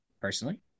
Personally